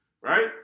right